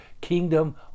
kingdom